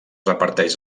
reparteix